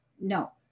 no